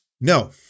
no